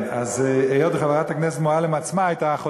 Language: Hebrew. היות שחברת הכנסת מועלם עצמה הייתה אחות